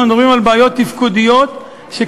אנחנו מדברים על בעיות תפקודיות שקיימות.